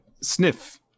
sniff